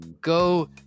Go